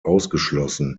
ausgeschlossen